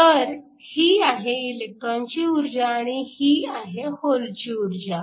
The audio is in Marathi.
तर ही आहे इलेक्ट्रॉनची ऊर्जा आणि ही आहे होलची ऊर्जा